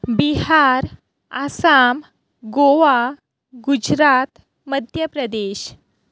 Bihar Assam Goa Gujarat Madhya Pradesh